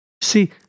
See